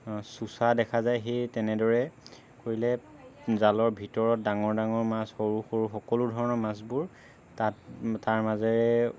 চোঁচা দেখা যায় সেই তেনেদৰে কৰিলে জালৰ ভিতৰত ডাঙৰ ডাঙৰ মাছ সৰু সৰু সকলো ধৰণৰ মাছবোৰ তাত তাৰ মাজেৰে